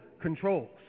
controls